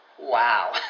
wow